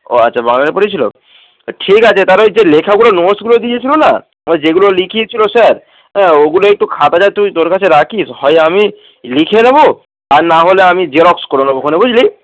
ও আচ্ছা বাংলা পড়েছিলো ঠিক আছে তারা ওই যে লেখাগুলো নোটসগুলো দিয়েছিলো না যেগুলো লিখিয়েছিলো স্যার হ্যাঁ ওগুলো একটু খাতাটা তুই তোর কাছে রাখিস হয় আমি লিখে নেবো আর নাহলে আমি জেরক্স করে নেব ওখানে বুঝলি